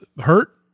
hurt